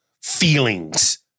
feelings